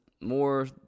more